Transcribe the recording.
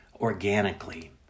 organically